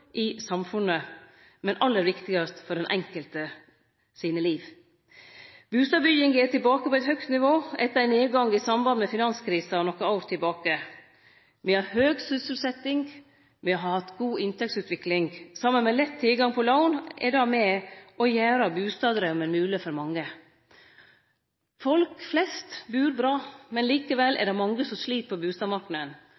i samfunnet, men aller viktigast for den enkelte sitt liv. Bustadbygginga er tilbake på eit høgt nivå etter ein nedgang i samband med finanskrisa nokre år tilbake. Me har høg sysselsetjing. Inntektsutviklinga har vore god. Saman med lett tilgang til lån er dette med på å gjere bustaddraumen mogleg for mange. Folk flest bur bra – likevel